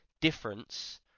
difference